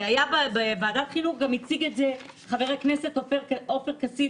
בוועדת החינוך הציג את זה חבר הכנסת עופר כסיף,